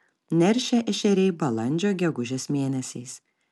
neršia ešeriai balandžio gegužės mėnesiais